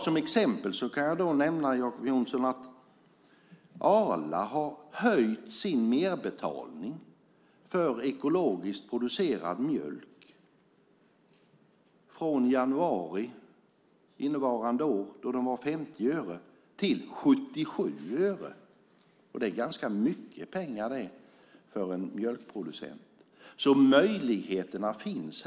Som exempel kan jag nämna, Jacob Johnson, att Arla höjde sin merbetalning för ekologiskt producerad mjölk i januari innevarande år då den var 50 öre till 77 öre. Det är ganska mycket pengar för en mjölkproducent. Möjligheterna finns.